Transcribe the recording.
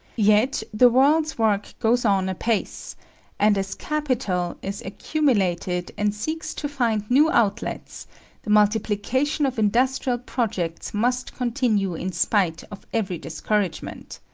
yet the world's work goes on apace and as capital is accumulated and seeks to find new outlets the multiplication of industrial projects must continue in spite of every discouragement.